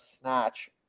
snatch